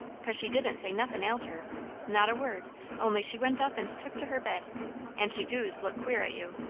cause she didn't say nothin ailed her not a word only she went up and took to her bed and she doos look queer at you,